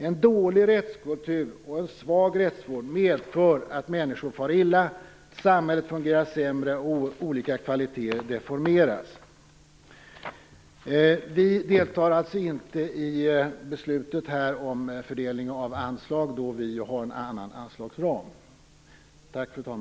En dålig rättskultur och en svag rättsvård medför att människor far illa, samhället fungerar sämre och olika kvaliteter deformeras. Vi deltar inte i beslutet om fördelning av anslag, då vi har en annan anslagsram.